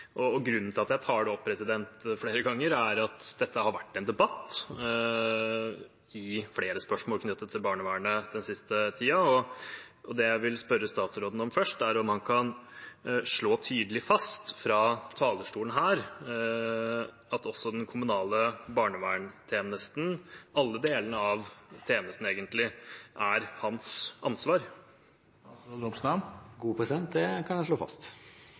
Grunnen til at jeg tar det opp flere ganger, er at dette har vært en debatt i flere spørsmål knyttet til barnevernet den siste tiden. Det jeg vil spørre statsråden om først, er om han kan slå tydelig fast fra talerstolen her at også den kommunale barnevernstjenesten – alle delene av tjenesten, egentlig – er hans ansvar. Det kan jeg slå fast. Takk for det. Det er veldig viktig. Jeg